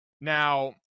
Now